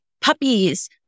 puppies